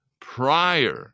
prior